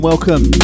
Welcome